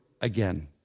Again